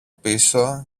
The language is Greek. πίσω